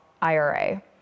IRA